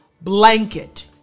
blanket